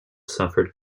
suffered